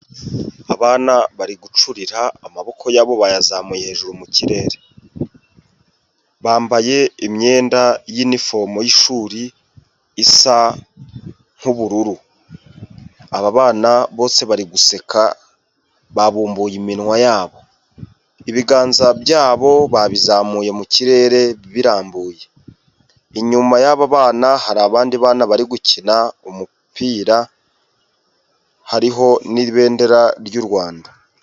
Abana bari gucurira amaboko yabo bayazamuye hejuru mu kirere, bambaye imyenda y'inifomo y'ishuri isa nk'ubururu. Aba bana bose bari guseka babumbuye iminwa yabo , ibiganza byabo babizamuye mu kirere birambuye, inyuma y'aba bana hari abandi bana bari gukina umupira hariho n'ibendera ry'u Rwanda.